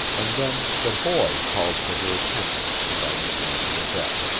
and then the boy called for her attention and i returned to the deck.